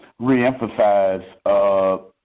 reemphasize